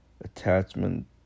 attachment